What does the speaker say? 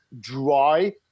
dry